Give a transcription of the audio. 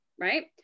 right